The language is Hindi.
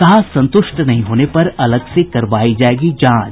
कहा संतुष्ट नहीं होने पर अलग से करवाई जायेगी जांच